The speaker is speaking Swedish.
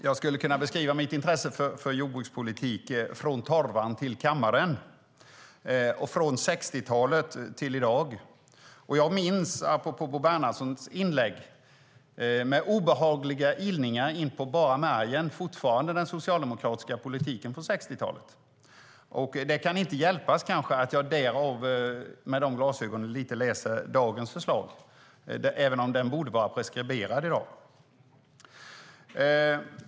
Jag skulle kunna beskriva mitt intresse för jordbrukspolitik med orden: från torvan till kammaren och från 60-talet till i dag. Apropå Bo Bernhardssons inlägg minns jag fortfarande, med obehagliga ilningar ända in i märgen, den socialdemokratiska politiken på 60-talet. Det kan inte hjälpas att jag något läser dagens förslag med de glasögonen, även om den tidens politik borde vara preskriberad i dag.